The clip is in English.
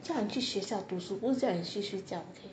叫你去学校读书不是叫你去睡觉 okay